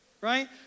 right